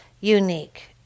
unique